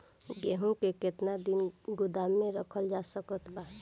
गेहूँ के केतना दिन तक गोदाम मे रखल जा सकत बा?